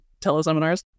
teleseminars